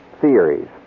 theories